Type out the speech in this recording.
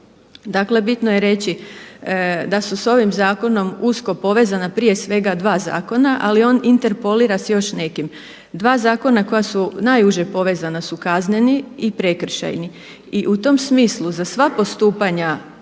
Dakle bitno je reći da su s ovim zakonom usko povezana prije svega dva zakona ali on interpolira s još nekim. Dva zakona koja su najuže povezana su Kazneni i Prekršajni. I u tom smislu za sva postupanja